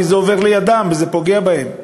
כי זה עובר לידם וזה פוגע בהם.